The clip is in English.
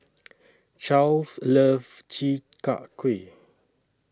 Charls loves Chi Kak Kuih